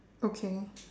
okay